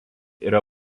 yra